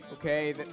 Okay